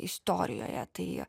istorijoje tai